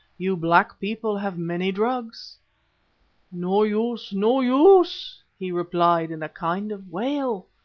you black people have many drugs no use, no use he replied in a kind of wail.